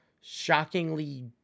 shockingly